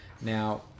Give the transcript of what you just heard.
Now